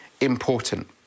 important